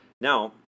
Now